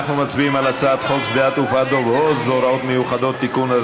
אנחנו מצביעים על הצעת חוק שדה התעופה דב הוז (הוראות מיוחדות) (תיקון),